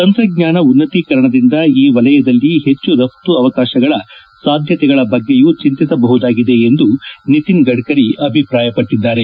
ತಂತ್ರಜ್ವಾನ ಉನ್ನತೀಕರಣದಿಂದ ಈ ವಲಯದಲ್ಲಿ ಹೆಚ್ಚು ರಫ್ತು ಅವಕಾಶಗಳ ಸಾಧ್ಯತೆಗಳ ಬಗ್ಗೆಯೂ ಚಿಂತಿಸಬಹುದಾಗಿದೆ ಎಂದು ನಿತಿನ್ ಗಡ್ಡರಿ ಅಭಿಪ್ರಾಯಪಟ್ಟಿದ್ದಾರೆ